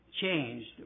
changed